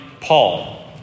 Paul